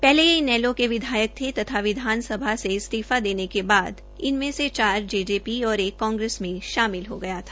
पहले ये इनेलो के विधायक थे तथा विधानसभा से इस्तीफा देने के बाद इनमें से चार जेजेपी और एक कांग्रेस में शामिल हो गया था